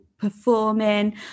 performing